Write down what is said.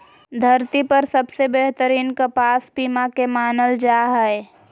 धरती पर सबसे बेहतरीन कपास पीमा के मानल जा हय